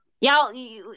Y'all